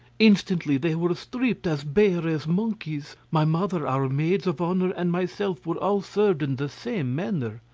instantly they were stripped as bare as monkeys my mother, our maids of honour, and myself were all served in the same manner.